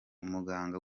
umuganga